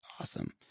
Awesome